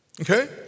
Okay